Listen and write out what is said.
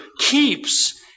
keeps